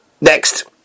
Next